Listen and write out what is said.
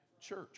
church